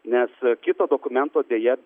nes kito dokumento deja